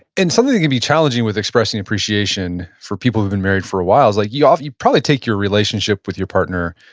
and something that can be challenging with expressing appreciation for people who have been married for a while is, like you ah you probably take your relationship with your partner,